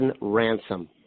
Ransom